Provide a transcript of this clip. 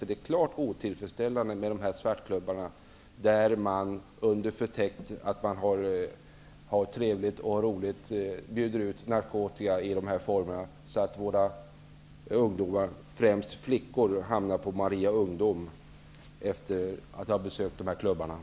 Det är klart otillfredsställande att svartklubbarna finns och att man där under täckmanteln av att ha trevligt och roligt bjuder ut narkotika till våra ungdomar, främst flickor, som sedan hamnar på Maria ungdomsklinik.